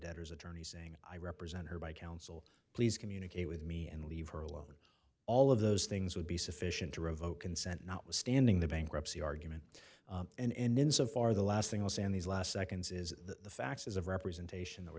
debtors attorney saying i represent her by counsel please communicate with me and leave her alone all of those things would be sufficient to revoke consent notwithstanding the bankruptcy argument and in so far the last thing i'll say in these last seconds is the faxes of representation that were